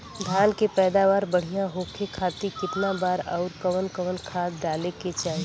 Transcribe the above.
धान के पैदावार बढ़िया होखे खाती कितना बार अउर कवन कवन खाद डाले के चाही?